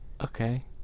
Okay